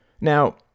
Now